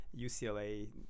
UCLA